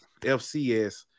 FCS